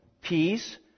peace